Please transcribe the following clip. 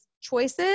choices